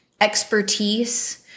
expertise